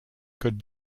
could